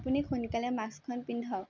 আপুনি সোনকালে মাস্কখন পিন্ধক